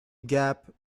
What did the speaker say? gap